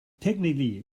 technically